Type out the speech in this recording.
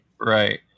Right